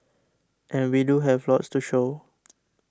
and we do have lots to show